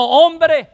hombre